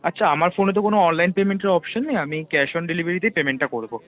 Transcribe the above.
আচ্ছা আমার ফোনে তো কোনো অনলাইন পেমেন্টের অপশান নেই আমি ক্যাশ অন ডেলিভারিতেই পেমেন্টটা করবো